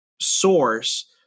source